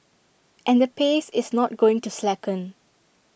and the pace is not going to slacken